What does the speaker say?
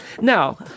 Now